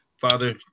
Father